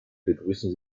begrüßen